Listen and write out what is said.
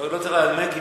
לא צריך לנמק.